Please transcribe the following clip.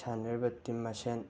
ꯁꯥꯟꯅꯔꯤꯕ ꯇꯤꯝ ꯃꯁꯦꯟ